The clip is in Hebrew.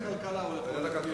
לוועדת הכלכלה.